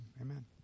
amen